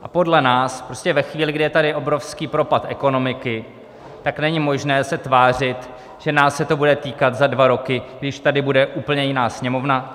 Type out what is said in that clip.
A podle nás prostě ve chvíli, kdy je tady obrovský propad ekonomiky, tak není možné se tvářit, že nás se to bude týkat za dva roky, když tady bude úplně jiná Sněmovna.